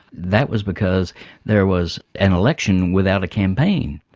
that was because there was an election without a campaign.